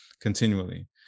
continually